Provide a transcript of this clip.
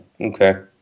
Okay